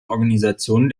organisation